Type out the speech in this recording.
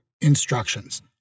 instructions